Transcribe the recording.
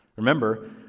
Remember